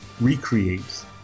recreate